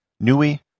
Nui